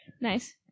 Nice